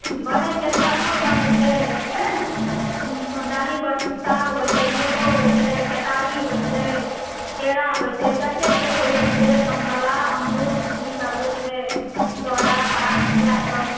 बनै छै खजूर बनै छै डाली पर टाब होइ छै नेबो होइ छै केतारी होइ छै केरा होइ छै जतेक दै के होइया सेब संतोला अंगूर ई सब होइ छै इएह सब